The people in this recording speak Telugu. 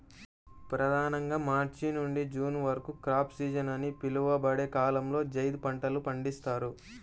ప్రధానంగా మార్చి నుండి జూన్ వరకు క్రాప్ సీజన్ అని పిలువబడే కాలంలో జైద్ పంటలు పండిస్తారు